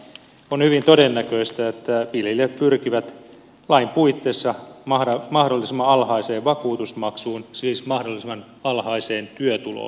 on hyvin todennäköistä että viljelijät pyrkivät lain puitteissa mahdollisimman alhaiseen vakuutusmaksuun siis mahdollisimman alhaiseen työtuloon